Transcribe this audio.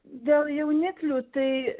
dėl jauniklių tai